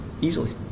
easily